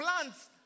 plants